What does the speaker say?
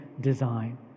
design